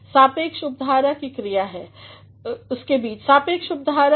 सापेक्ष उपधारा की क्रिया ज्यादातर समय लोग भ्रमित हो जाते हैं सापेक्ष उपधारा की क्रिया क्या है के बीच में